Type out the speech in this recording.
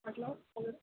మాట్లాడు హలో